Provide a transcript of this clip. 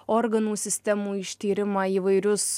organų sistemų ištyrimą įvairius